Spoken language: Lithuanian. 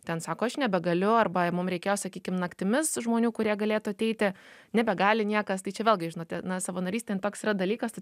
ten sako aš nebegaliu arba mum reikėjo sakykim naktimis žmonių kurie galėtų ateiti nebegali niekas tai čia vėlgi žinote na savanorystė toks dalykas tu